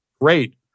great